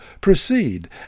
Proceed